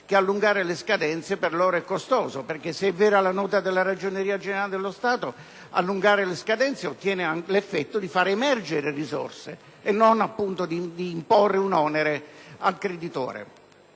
che allungare le scadenze per loro è costoso; infatti, se è vera la Nota della Ragioneria Generale dello Stato, allungare le scadenze ottiene l'effetto di far emergere risorse e non di imporre un onere al creditore.